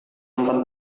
empat